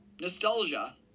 Nostalgia